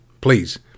Please